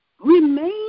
remain